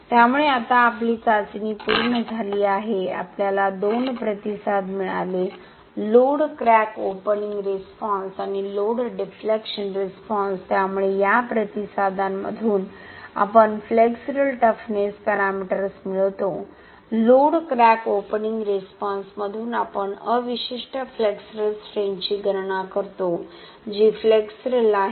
त्यामुळे आता आपली चाचणी पूर्ण झाली आहे आपल्याला दोन प्रतिसाद मिळाले लोड क्रॅक ओपनिंग रिस्पॉन्स आणि लोड डिफ्लेक्शन रिस्पॉन्स त्यामुळे या प्रतिसादांमधून आपण फ्लेक्सरल टफनेस पॅरामीटर्स मिळवतो लोड क्रॅक ओपनिंग रिस्पॉन्समधून आपण अवशिष्ट फ्लेक्सरल स्ट्रेंथची गणना करतो जी फ्लेक्सरल आहे